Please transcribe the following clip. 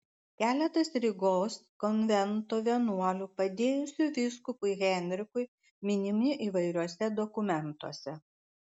keletas rygos konvento vienuolių padėjusių vyskupui henrikui minimi įvairiuose dokumentuose